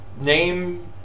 Name